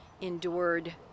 endured